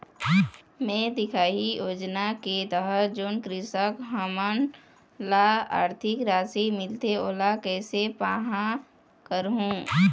मैं दिखाही योजना के तहत जोन कृषक हमन ला आरथिक राशि मिलथे ओला कैसे पाहां करूं?